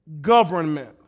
government